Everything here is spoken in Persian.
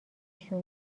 شون